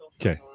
okay